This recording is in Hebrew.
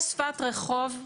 יש שפת רחוב,